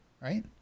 Right